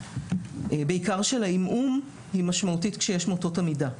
בעיקר של העמעום, היא משמעותית כשיש מוטות עמידה.